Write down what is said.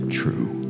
true